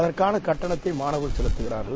அதற்கான கட்டணத்தை மாணவர்கள் செலத்தகிறார்கள்